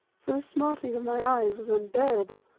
for the smarting of my eyes was unbearable.